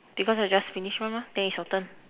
because I just finish one mah then is your turn